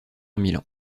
milan